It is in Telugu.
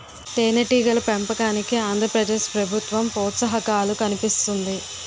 తేనెటీగల పెంపకానికి ఆంధ్ర ప్రదేశ్ ప్రభుత్వం ప్రోత్సాహకాలు కల్పిస్తుంది